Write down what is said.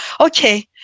okay